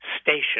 station